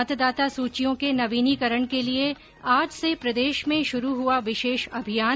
मतदाता सूचियों के नवीनीकरण के लिये आज से प्रदेश में शुरू हुआ विशेष अभियान